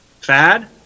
fad